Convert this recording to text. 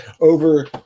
Over